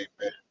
amen